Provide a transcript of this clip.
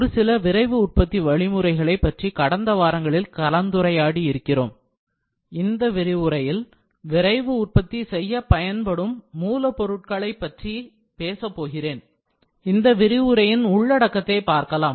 ஒரு சில விரைவு உற்பத்தி வழிமுறைகளை பற்றி கடந்த வாரங்களில் கலந்துரையாடி இருக்கிறோம் இந்த விரிவுரையில் விரைவு உற்பத்தி செய்ய பயன்படும் மூலப் பொருட்களை பற்றி பேசப் போகிறேன் இந்த விரிவுரையின் உள்ளடக்கத்தை பார்க்கலாம்